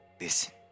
Listen